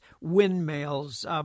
windmills